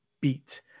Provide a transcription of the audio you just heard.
beat